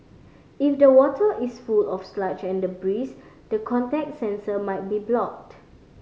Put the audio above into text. if the water is full of sludge and debris the contact sensor might be blocked